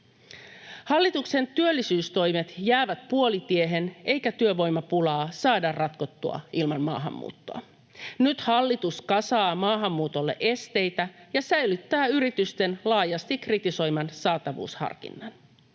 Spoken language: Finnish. Hallituksen työllisyystoimet jäävät puolitiehen, eikä työvoimapulaa saada ratkottua ilman maahanmuuttoa. Nyt hallitus kasaa maahanmuutolle esteitä ja säilyttää yritysten laajasti kritisoiman saatavuusharkinnan.